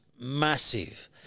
massive